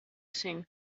things